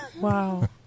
wow